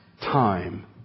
time